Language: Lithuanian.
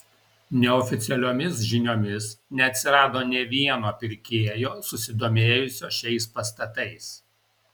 neoficialiomis žiniomis neatsirado nė vieno pirkėjo susidomėjusio šiais pastatais